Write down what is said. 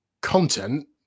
content